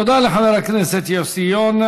תודה לחבר הכנסת יוסי יונה.